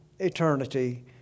eternity